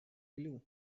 clue